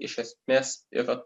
iš esmės yra